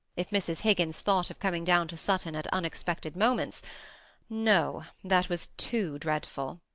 if mrs. higgins thought of coming down to sutton at unexpected moments no, that was too dreadful.